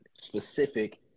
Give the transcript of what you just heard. specific